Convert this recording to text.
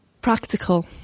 practical